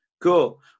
Cool